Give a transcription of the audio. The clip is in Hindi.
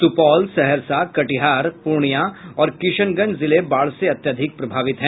सुपौल सहरसा कटिहार पूर्णियां और किशनगंज जिले बाढ़ से अत्याधिक प्रभावित हैं